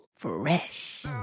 fresh